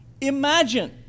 Imagine